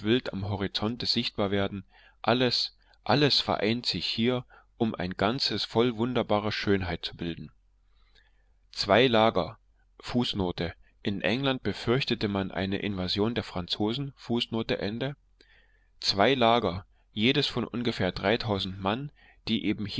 am horizonte sichtbar werden alles alles vereint sich hier um ein ganzes voll wunderbarer schönheit zu bilden zwei lager fußnote in england befürchtete man eine invasion der franzosen jedes von ungefähr dreitausend mann die